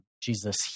Jesus